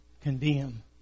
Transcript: condemn